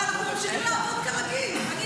אנחנו ממשיכים לעבוד כרגיל בוועדות.